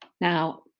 Now